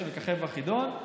שמככב בחידון,